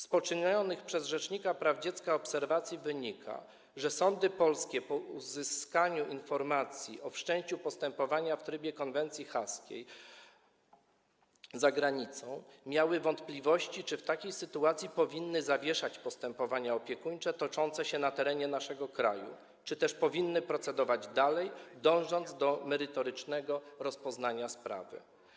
Z poczynionych przez rzecznika praw dziecka obserwacji wynika, że sądy polskie po uzyskaniu informacji o wszczęciu postępowania w trybie konwencji haskiej za granicą miały wątpliwości, czy w takiej sytuacji powinny zawieszać postępowania opiekuńcze toczące się na terenie naszego kraju, czy też powinny procedować dalej, dążąc do merytorycznego rozpoznania sprawy.